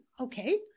okay